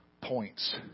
points